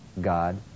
God